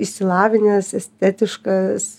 išsilavinęs estetiškas